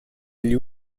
gli